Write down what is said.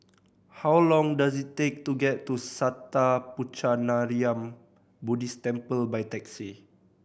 how long does it take to get to Sattha Puchaniyaram Buddhist Temple by taxi